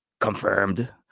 confirmed